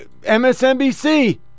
MSNBC